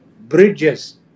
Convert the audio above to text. bridges